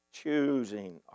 Choosing